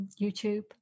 youtube